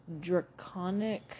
draconic